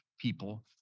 people